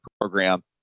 program